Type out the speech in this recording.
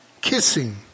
kissing